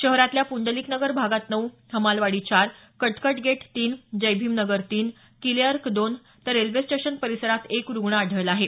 शहरातल्या पुंडलिक नगर भागात नऊ हमालवाडी चार कटकट गेट तीन जयभीम नगर तीन किलेअर्क दोन तर रेल्वे स्टेशन परिसरात एक रुग्ण आढळला आहे